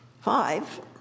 Five